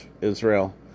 Israel